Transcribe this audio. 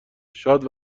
شاد